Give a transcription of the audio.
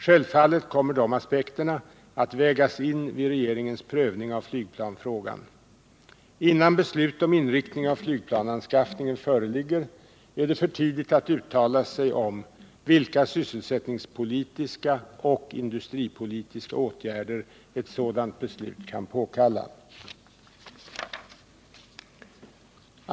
Självfallet kommer dessa aspekter att vägas in vid regeringens prövning av flygplansfrågan. Innan beslut om inriktning av flygplansanskaffningen föreligger är det för tidigt att uttala sig om vilka sysselsättningspolitiska och industripolitiska åtgärder ett sådant beslut kan påkalla.